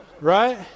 Right